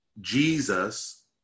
jesus